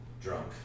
drunk